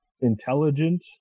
intelligent